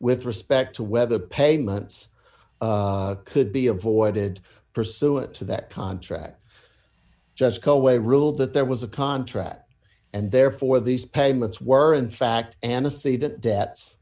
with respect to whether payments could be avoided pursuant to that contract just go away rule that there was a contract and therefore these payments were in fact